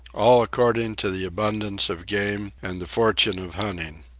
all according to the abundance of game and the fortune of hunting.